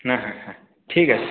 হ্যাঁ হ্যাঁ হ্যাঁ ঠিক আছে